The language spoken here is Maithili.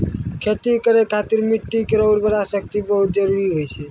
खेती करै खातिर मिट्टी केरो उर्वरा शक्ति बहुत जरूरी होय छै